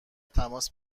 تماس